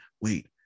wait